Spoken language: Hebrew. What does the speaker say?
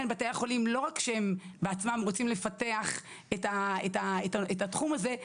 בתי החולים לא רק שהם בעצמם רוצים לפתח את התחום הזה,